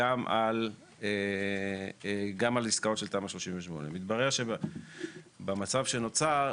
גם על עסקאות של תמ"א 38. מתברר שבמצב שנוצר,